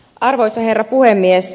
arvoisa herra puhemies